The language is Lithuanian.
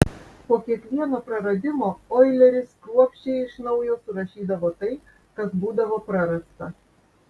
po kiekvieno praradimo oileris kruopščiai iš naujo surašydavo tai kas būdavo prarasta